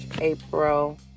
April